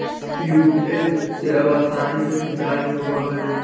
tubewell से अब आसानी से सिंचाई होवऽ हइ